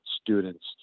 students